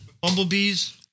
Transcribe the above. Bumblebees